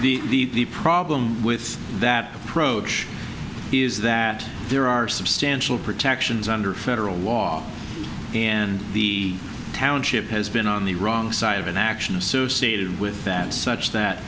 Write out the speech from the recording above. of the problem with that approach is that there are substantial protections under federal law and the township has been on the wrong side of an action associated with that such that